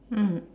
mm